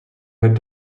had